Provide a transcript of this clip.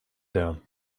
down